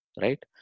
Right